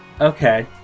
Okay